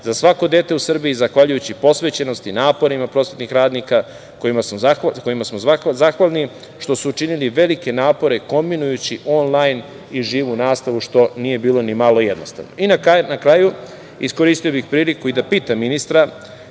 za svako dete u Srbiji i zahvaljujući posvećenosti i naporima prosvetnih radnika, kojima smo zahvalni što su učinili velike napore, kombinujući onlajn i živu nastavu, što nije bilo nimalo jednostavno. Na kraju, iskoristio bih priliku da pitam ministra